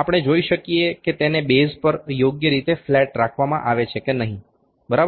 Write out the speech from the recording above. આપણે જોઈ શકીએ કે તેને બેઝ પર યોગ્ય રીતે ફ્લેટ રાખવામાં આવે છે કે નહીં બરાબર